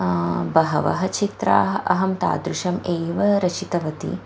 बहवः चित्राणि अहं तादृशम् एव रचितवती